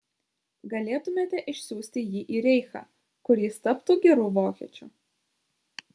galėtumėte išsiųsti jį į reichą kur jis taptų geru vokiečiu